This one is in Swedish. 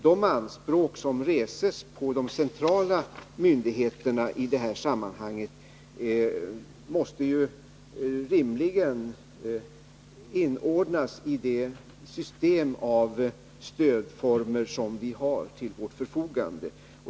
De anspråk som ställs på de centrala myndigheterna i detta sammanhang måste ju rimligen inordnas i det system av stödformer som står till förfogande.